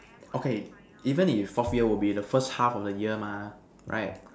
okay even if fourth year would be the first half of the year mah right